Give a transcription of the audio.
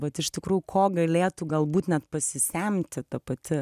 vat iš tikrų ko galėtų galbūt net pasisemti ta pati